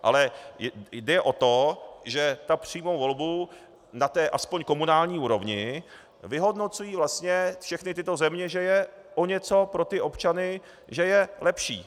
Ale jde o to, že přímou volbu na té aspoň komunální úrovni vyhodnocují vlastně všechny tyto země, že je o něco pro ty občany lepší.